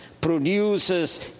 produces